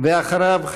ואחריו,